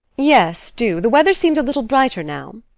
yes, do. the weather seems a little brighter now.